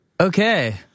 Okay